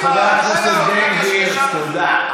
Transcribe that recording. טוב, חבר הכנסת בן גביר, תודה.